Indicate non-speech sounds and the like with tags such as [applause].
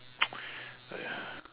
[noise] !aiya!